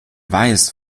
weiß